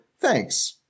thanks